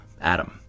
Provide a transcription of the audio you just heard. Adam